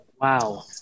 Wow